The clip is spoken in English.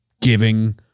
giving